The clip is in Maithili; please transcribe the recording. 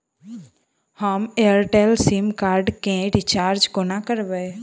हम एयरटेल सिम कार्ड केँ रिचार्ज कोना करबै?